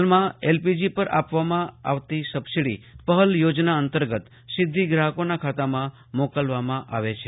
હાલમાં એલપીજી પર આપવામાં આવતી સબસીડી પહલ યોજના અંતર્ગત સીધા શ્રાહકોના ખાતામાં મોકલવામાં આવે છે